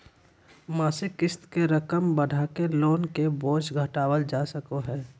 मासिक क़िस्त के रकम बढ़ाके लोन के बोझ घटावल जा सको हय